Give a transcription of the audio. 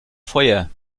feuer